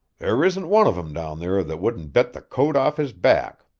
there isn't one of em down there that wouldn't bet the coat off his back.